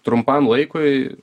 trumpam laikui